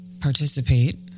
participate